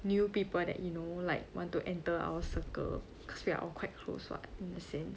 new people that you know like want to enter our circle because we are all quite close [what] the same